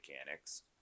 mechanics